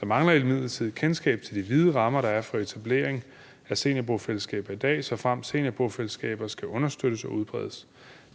Der mangler imidlertid et kendskab til de vide rammer, der er for etablering af seniorbofællesskaber i dag, såfremt seniorbofællesskaber skal understøttes og udbredes.